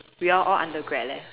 we all all undergrad leh